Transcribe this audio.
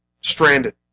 stranded